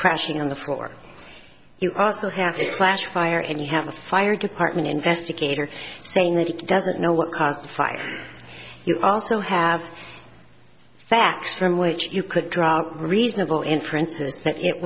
crashing on the floor you also have a clash fire and you have a fire department investigator saying that it doesn't know what caused the fire you also have facts from which you could draw reasonable inferences that it